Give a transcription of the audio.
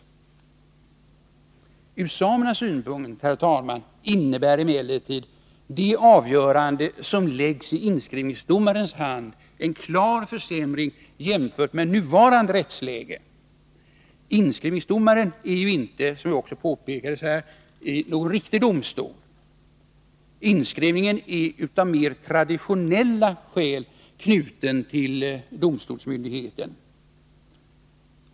Ur samernas synpunkt, herr talman, innebär emellertid det avgörande som läggs i inskrivningsdomarens hand en klar försämring jämfört med nuvarande rättsläge. Inskrivningsdomaren är ju, som redan påpekats här, ingen riktig domstol — inskrivningen är mer av traditionella skäl knuten till domstolsmyndigheten.